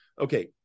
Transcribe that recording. Okay